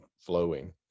flowing